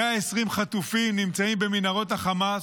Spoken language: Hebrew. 120 חטופים נמצאים במנהרות החמאס,